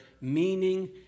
meaning